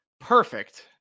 perfect